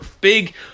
Big